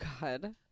God